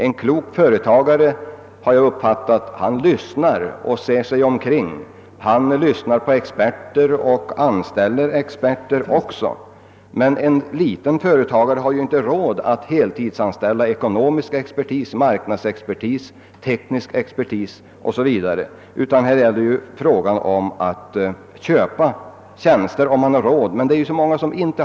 Såvitt jag förstår ser sig en klok företagare om efter uppslag och lyssnar på råd från kolleger och även från experter. En liten företagare har som regel inte råd att anställa ekonomisk expertis, marknadsexpertis, teknisk expertis o.s. v. Man kan bara köpa sådana tjänster om man har tillgångar härtill.